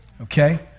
Okay